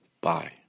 bye